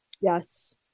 Yes